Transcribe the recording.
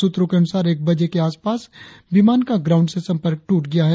सूत्रों के अनुसार एक बजे के आसपास विमान का ग्राउंड से संपर्क ट्रट गया है